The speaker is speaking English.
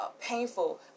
painful